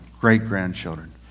great-grandchildren